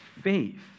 faith